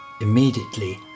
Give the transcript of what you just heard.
immediately